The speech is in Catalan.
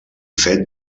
fet